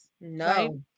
No